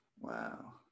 Wow